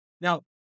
Now